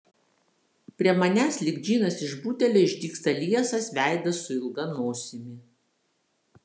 prie manęs lyg džinas iš butelio išdygsta liesas veidas su ilga nosimi